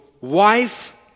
wife